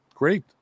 Great